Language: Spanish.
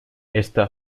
esta